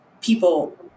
people